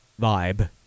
vibe